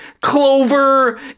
clover